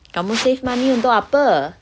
kamu save money untuk apa